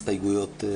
ההסתייגויות.